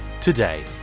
today